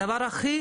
הדבר הכי